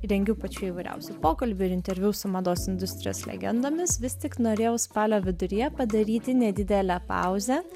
rengiau pačių įvairiausių pokalbių ir interviu su mados industrijos legendomis vis tik norėjau spalio viduryje padaryti nedidelę pauzę